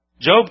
Job